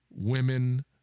Women